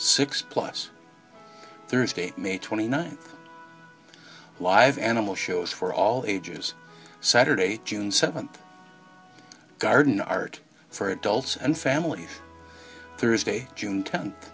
six plus thursday may twenty ninth live animal shows for all ages saturday june seventh garden art for adults and family thursday june tenth